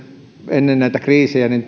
ennen näitä kriisejä